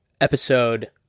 episode